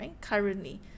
Currently